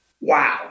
wow